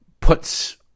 puts